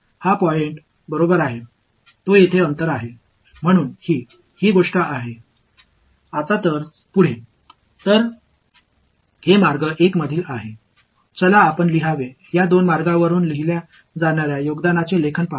எனவே இந்த புள்ளி இது இங்குள்ள தூரம் பொது அடுத்தது இது பாதை 1 இலிருந்து 2 பாதையிலிருந்து எழுதும் உணர்விலிருந்து பங்களிப்பை எழுதுவோம்